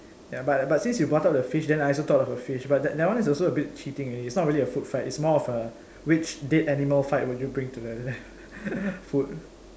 ya but but since you brought up the fish then I also thought of a fish but that that one is also a bit cheating already it's not really a food fight it's more of a which dead animal fight would you print to the food